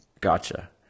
Gotcha